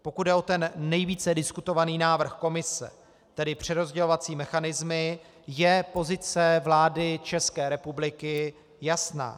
Pokud jde o ten nejvíce diskutovaný návrh Komise, tedy přerozdělovací mechanismy, je pozice vlády České republiky jasná.